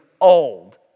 old